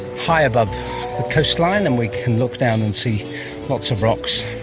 high above the coastline and we can look down and see lots of rocks,